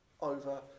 over